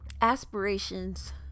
aspirations